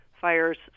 fires